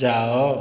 ଯାଅ